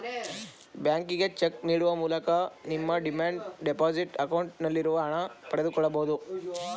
ಬ್ಯಾಂಕಿಗೆ ಚೆಕ್ ನೀಡುವ ಮೂಲಕ ನಮ್ಮ ಡಿಮ್ಯಾಂಡ್ ಡೆಪೋಸಿಟ್ ಅಕೌಂಟ್ ನಲ್ಲಿರುವ ಹಣ ಪಡೆದುಕೊಳ್ಳಬಹುದು